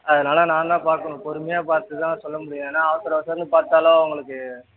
அதனால் நான்தான் பார்க்கணும் பொறுமையாக பார்த்துதான் சொல்ல முடியும் ஏன்னா அவசரம் அவசரம்னு பார்த்தாலும் உங்களுக்கு